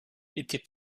était